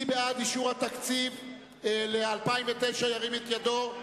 מי בעד אישור התקציב ל-2009, ירים את ידו.